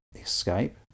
escape